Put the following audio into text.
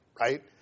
right